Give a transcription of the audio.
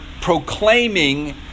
proclaiming